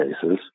cases